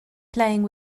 playing